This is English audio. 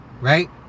right